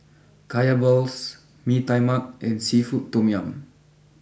Kaya Balls Mee Tai Mak and Seafood Tom Yum